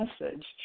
message